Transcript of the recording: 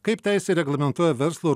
kaip teisė reglamentuoja verslo